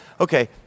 Okay